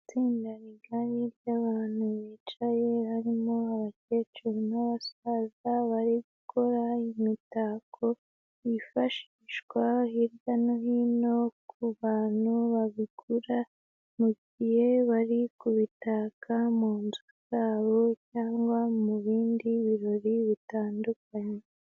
Itsinda rigari ry'abantu bicaye harimo abakecuru n'abasaza bari gukora imitako yifashishwa hirya no hino, ku bantu babigura mu gihe bari kubitaka mu nzu zabo cyangwa mu bindi birori bitandukanye.